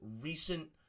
recent